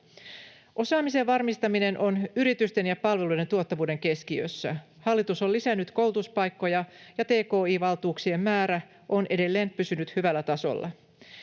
Osaamisen varmistaminen on yritysten ja palveluiden tuottavuuden keskiössä. Hallitus on lisännyt koulutuspaikkoja, ja tki-valtuuksien määrä on edelleen pysynyt hyvällä tasolla.